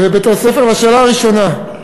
לשאלה הראשונה,